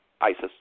ISIS